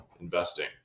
investing